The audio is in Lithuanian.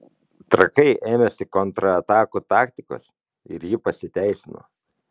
trakai ėmėsi kontratakų taktikos ir ji pasiteisino